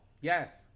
yes